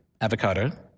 avocado